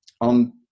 On